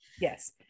Yes